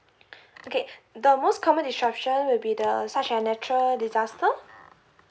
okay the most common disruption will be the such as natural disaster